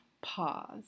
pause